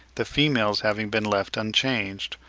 the females having been left unchanged,